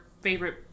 favorite